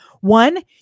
One